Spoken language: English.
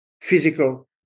physical